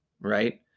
right